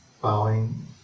Bowing